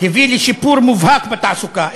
הביא לשיפור מובהק בתעסוקה,